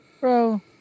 bro